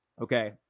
okay